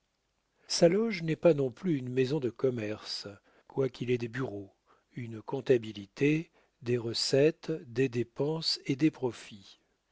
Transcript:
sa loge n'est pas non plus une maison de commerce quoiqu'il ait des bureaux une comptabilité des recettes des dépenses et des profits